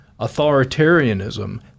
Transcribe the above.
authoritarianism